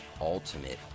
Ultimate